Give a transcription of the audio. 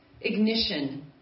ignition